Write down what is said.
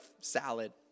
salad